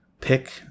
pick